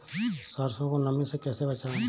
सरसो को नमी से कैसे बचाएं?